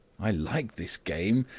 i like this game,